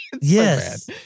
Yes